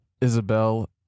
Isabel